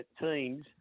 teams